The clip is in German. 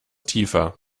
tiefer